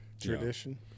tradition